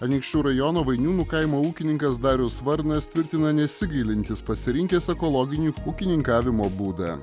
anykščių rajono vainiūnų kaimo ūkininkas darius varnas tvirtina nesigailintis pasirinkęs ekologinį ūkininkavimo būdą